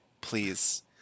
please